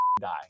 die